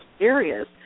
areas